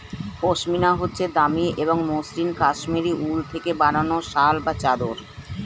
পশমিনা হচ্ছে দামি এবং মসৃন কাশ্মীরি উল থেকে বানানো শাল বা চাদর